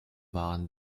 waren